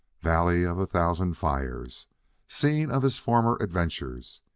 valley of a thousand fires scene of his former adventures!